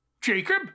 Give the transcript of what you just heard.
Jacob